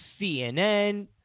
CNN